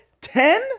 Ten